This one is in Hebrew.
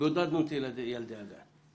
בודדנו את ילדי הגן.